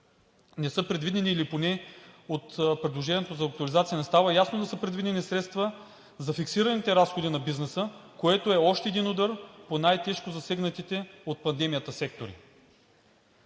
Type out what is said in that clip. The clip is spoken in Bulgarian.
Не са предвидени или поне от предложението за актуализация не става ясно да са предвидени средства за фиксираните разходи на бизнеса, което е още един удар по най-тежко засегнатите от пандемията сектори.